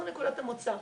זו נקודת המוצא.